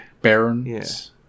barons